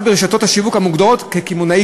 הסדר זה חל רק ברשתות השיווק המוגדרות "קמעונאי